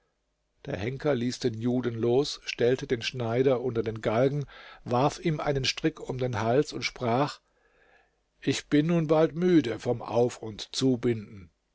der henker ließ den juden los stellte den schneider unter den galgen warf ihm einen strick um den hals und sprach ich bin nun bald müde vom auf und zubinden